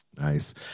Nice